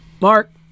Mark